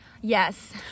yes